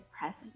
present